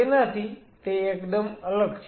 તેનાથી તે એકદમ અલગ છે